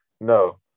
No